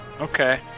Okay